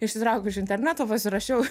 išsitraukiu iš internato pasirašiau